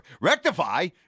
Rectify